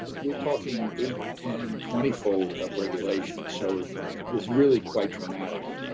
we're talking eight, ten, twenty-fold up-regulation, so it's really quite dramatic.